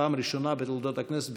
פעם ראשונה בתולדות הכנסת,